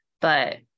but-